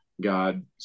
God